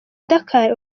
dakar